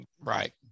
Right